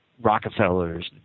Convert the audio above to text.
Rockefellers